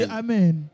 amen